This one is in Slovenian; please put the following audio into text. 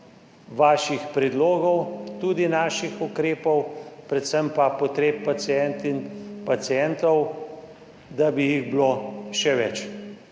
vaših predlogov, tudi naših ukrepov, predvsem pa potreb pacientk in pacientov, da bi jih bilo še več.